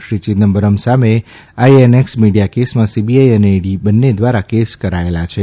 શ્રી ચિદમ્બરમ સામે INX media કેસમાં CBI અને ઇડી બન્ને દ્વારા કેસ કરાયેલા છે